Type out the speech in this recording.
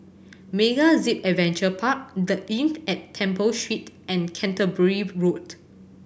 MegaZip Adventure Park The Inn at Temple Street and Canterbury Road